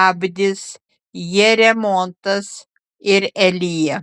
abdis jeremotas ir elija